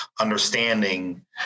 understanding